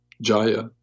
Jaya